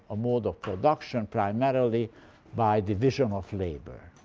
mode of production primarily by division of labor.